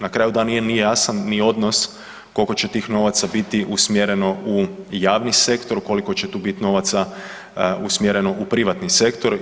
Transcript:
Na kraju da nije jasan ni odnos koliko će tih novaca biti usmjereno u javni sektor, koliko će tu biti novaca usmjereno u privatni sektor.